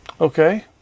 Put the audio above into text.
Okay